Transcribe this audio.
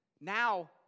Now